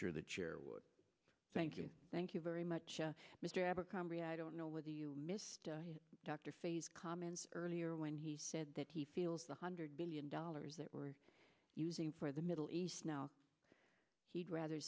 sure that you thank you thank you very much mr abercrombie i don't know whether you missed dr fay's comments earlier when he said that he feels the hundred billion dollars that we're using for the middle east now he'd rather